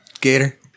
Gator